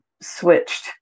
switched